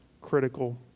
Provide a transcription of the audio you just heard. critical